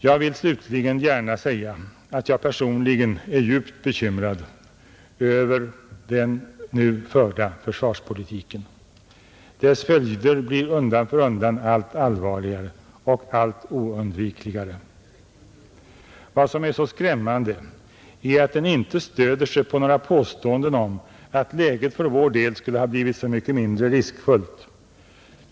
Jag vill slutligen gärna säga att jag personligen är djupt bekymrad över den nu förda försvarspolitiken. Dess följder blir undan för undan allt allvarligare och alltmera oundvikliga. Vad som är så skrämmande är att den inte stöder sig på några påståenden om att läget för vår del skulle ha blivit så mycket mindre riskfullt.